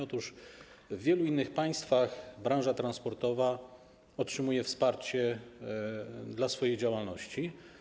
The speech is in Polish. Otóż w wielu innych państwach branża transportowa otrzymuje wsparcie dla swojej działalności.